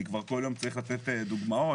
כל יום אני צריך לתת דוגמאות.